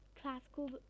classical